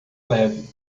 leve